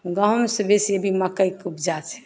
गहूॅंम सँ बेसी भी मकइके उपजा छै